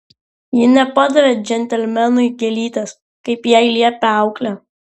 ji nepadavė džentelmenui gėlytės kaip jai liepė auklė